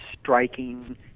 striking